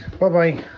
bye-bye